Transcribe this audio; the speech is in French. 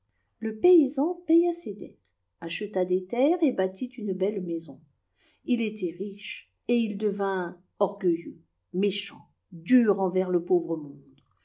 le paysan paya ses dettes acheta des terres et bâtit une belle maison il était riche et il devint orgueilleux méchant dur envers le pauvre monde